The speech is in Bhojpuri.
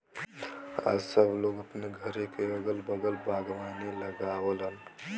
आज सब लोग अपने घरे क अगल बगल बागवानी लगावलन